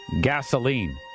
gasoline